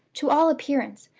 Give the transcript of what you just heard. to all appearance,